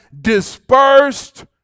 dispersed